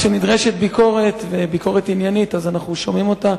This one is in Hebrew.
כשנדרשת ביקורת וביקורת עניינית אנחנו שומעים אותה.